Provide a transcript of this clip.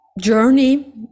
journey